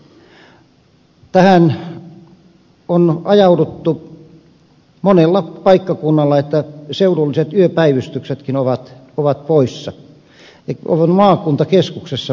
tähän on ajauduttu monella paikkakunnalla että seudulliset yöpäivystyksetkin ovat poissa maakuntakeskuksissa vain on yöpäivystykset